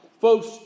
Folks